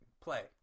Play